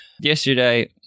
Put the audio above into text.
yesterday